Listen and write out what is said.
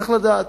צריך לדעת.